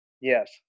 yes